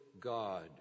God